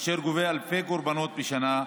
אשר גובה אלפי קורבנות בשנה,